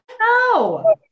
no